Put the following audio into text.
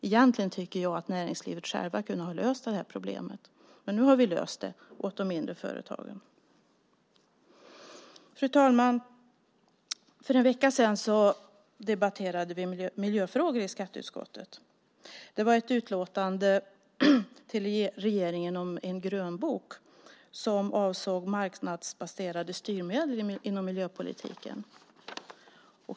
Egentligen tycker jag att näringslivet självt kunde ha löst problemet. Men nu har vi löst det åt de mindre företagen. Fru talman! För en vecka sedan debatterade vi miljöfrågor i skatteutskottet. Det var ett utlåtande till regeringen om en grönbok som avsåg marknadsbaserade styrmedel inom miljöpolitiken.